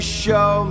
show